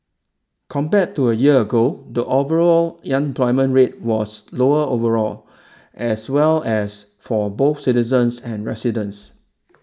compared to a year ago the overall young employment rate was lower overall as well as for both citizens and residents